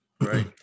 Right